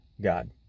God